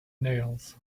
nails